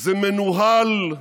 זה מנוהל,